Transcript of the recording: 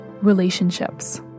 relationships